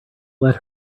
let